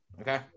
Okay